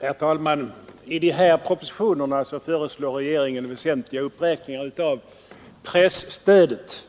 Herr talman! I dessa propositioner föreslår regeringen väsentliga uppräkningar av presstödet.